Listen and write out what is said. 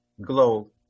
glow